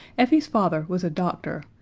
effie's father was a doctor,